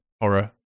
horror